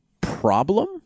problem